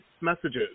messages